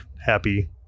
happy